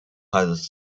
has